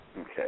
Okay